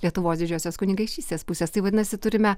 lietuvos didžiosios kunigaikštystės pusės tai vadinasi turime